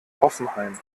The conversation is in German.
hoffenheim